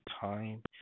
time